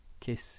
Kiss